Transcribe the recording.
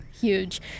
huge